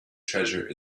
treasure